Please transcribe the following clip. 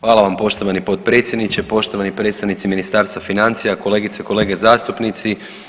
Hvala vam poštovani potpredsjedniče, poštovani predstavnici Ministarstva financija, kolegice i kolege zastupnici.